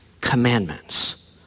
commandments